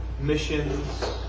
missions